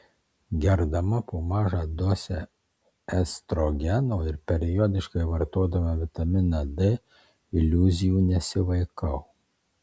gerdama po mažą dozę estrogeno ir periodiškai vartodama vitaminą d iliuzijų nesivaikau